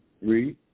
Read